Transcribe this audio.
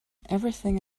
everything